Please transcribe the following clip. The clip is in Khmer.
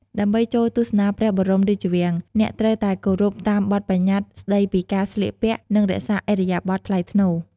ដើម្បីចូលទស្សនាព្រះបរមរាជវាំង អ្នកត្រូវតែគោរពតាមបទប្បញ្ញត្តិស្ដីពីការស្លៀកពាក់ និងរក្សាឥរិយាបថថ្លៃថ្នូរ។